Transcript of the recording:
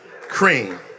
cream